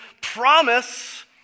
promise